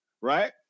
right